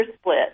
split